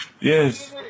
Yes